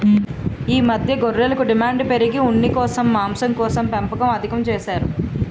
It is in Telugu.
ఈ మధ్య గొర్రెలకు డిమాండు పెరిగి ఉన్నికోసం, మాంసంకోసం పెంపకం అధికం చేసారు